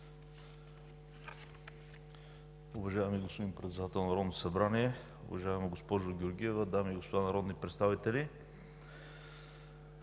Уважаеми господин Председател на Народното събрание, уважаеми господин Сабанов, дами и господа народни представители!